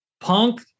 Punk